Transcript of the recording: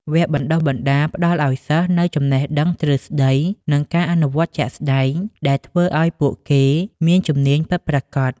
វគ្គបណ្តុះបណ្តាលផ្តល់ឱ្យសិស្សនូវចំណេះដឹងទ្រឹស្តីនិងការអនុវត្តជាក់ស្តែងដែលធ្វើឱ្យពួកគេមានជំនាញពិតប្រាកដ។